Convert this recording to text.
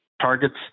targets